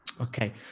Okay